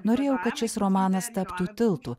norėjau kad šis romanas taptų tiltu